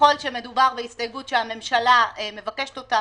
ככל שמדובר בהסתייגות שהממשלה מבקשת אותה